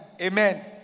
Amen